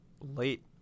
late